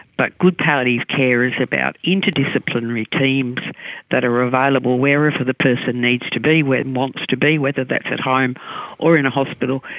but good palliative care is about interdisciplinary teams that are available wherever the person needs to be and wants to be, whether that's at home or in a hospital,